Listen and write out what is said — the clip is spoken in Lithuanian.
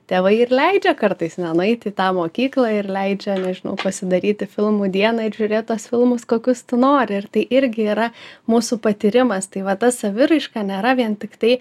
tėvai ir leidžia kartais nueit į tą mokyklą ir leidžia nežinau pasidaryti filmų dieną ir žiūrėt tuos filmus kokius tu nori ir tai irgi yra mūsų patyrimas tai va ta saviraiška nėra vien tiktai